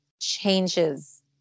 changes